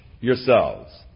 yourselves